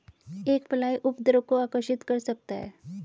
एक फ्लाई उपद्रव को आकर्षित कर सकता है?